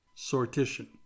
Sortition